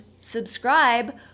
subscribe